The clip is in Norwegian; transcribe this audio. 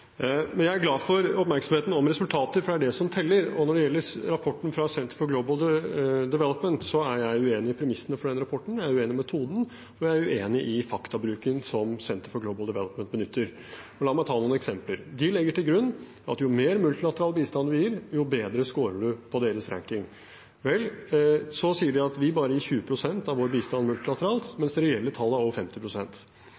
Men jeg er glad for oppmerksomheten om resultatet, for det er det som teller. Når det gjelder rapporten fra Center for Global Development, er jeg uenig i premissene for den rapporten. Jeg er uenig i metoden, og jeg er uenig i faktabruken som Center for Global Development benytter. La meg ta noen eksempler: De legger til grunn at jo mer multilateral bistand vi gir, jo bedre skårer vi på deres ranking. Så sier de at vi gir bare 20 pst. av vår bistand multilateralt,